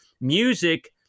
music